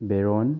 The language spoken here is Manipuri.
ꯕꯦꯔꯣꯟ